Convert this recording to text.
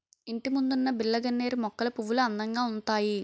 ఇంటిముందున్న బిల్లగన్నేరు మొక్కల పువ్వులు అందంగా ఉంతాయి